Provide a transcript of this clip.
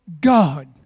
God